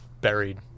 buried